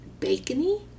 bacony